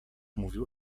mówił